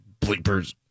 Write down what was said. bleepers